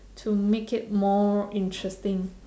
to make it more interesting